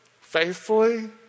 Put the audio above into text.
faithfully